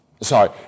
sorry